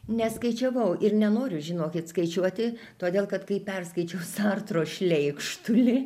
neskaičiavau ir nenoriu žinokit skaičiuoti todėl kad kai perskaičiau sartro šleikštulį